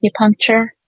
acupuncture